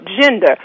gender